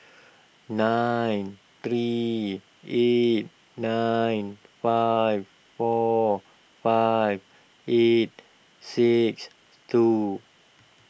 nine three eight nine five four five eight six two